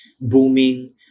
booming